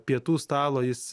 pietų stalo jis